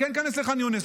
כן ניכנס לח'אן יונס,